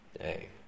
Hey